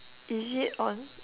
is it on